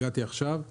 הגעתי עכשיו.